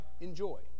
enjoy